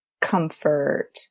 comfort